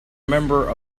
member